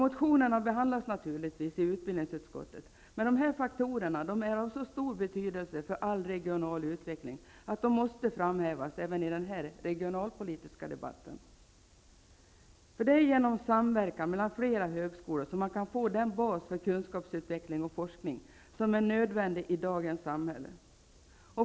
Motionerna behandlas naturligtvis i utbildningsutskottet, men dessa faktorer är av så stor betydelse för all regional utveckling att de måste framhävas även i denna regionalpolitiska debatt. Det är genom samverkan mellan flera högskolor som man kan få den bas för kunskapsutveckling och forskning som är nödvändig i dagens samhälle.